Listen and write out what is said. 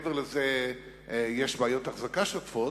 ומעבר לזה יש בעיות אחזקה שוטפות,